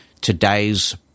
today's